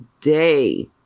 day